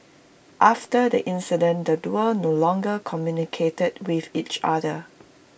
after the incident the duo no longer communicated with each other